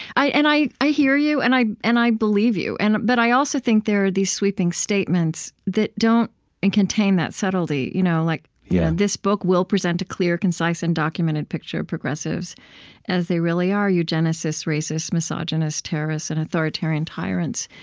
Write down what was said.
i and i hear you, and i and i believe you, and but i also think there are these sweeping statements that don't and contain that subtlety. you know like, yeah this book will present a clear, concise, and documented picture of progressives as they really are, eugenicists, racists, misogynists, terrorists, and authoritarian tyrants.